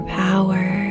power